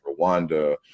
Rwanda